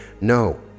No